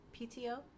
PTO